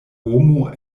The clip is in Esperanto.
homo